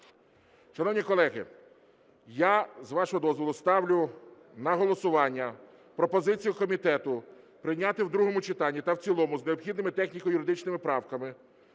Шановні колеги, я, з вашого дозволу, ставлю на голосування пропозицію комітету прийняти в другому читанні та в цілому з необхідними техніко-юридичними правками